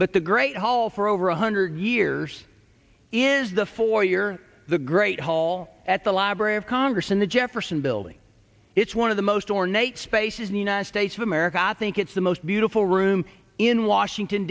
but the great hall for over one hundred years is the four year the great hall at the library of congress in the jefferson building it's one of the most ornate spaces in the united states of america i think it's the most beautiful room in washington